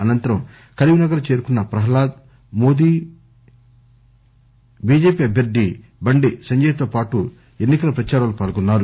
అనంతరం కరీంనగర్ చేరుకున్న ప్రహ్లాద్ మోదీ బిజెపి అభ్యర్ధి బండి సంజయ్ తో పాటు ఎన్ని కల ప్రచారంలో పాల్గొన్నారు